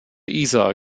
isar